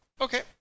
Okay